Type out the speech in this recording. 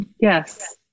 Yes